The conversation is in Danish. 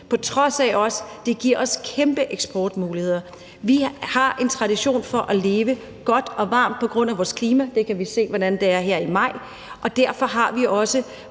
på trods af at det også giver os kæmpe eksportmuligheder. Vi har en tradition for at leve godt og varmt på grund af vores klima – vi kan se, hvordan det er her i maj – og derfor har vi også